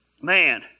Man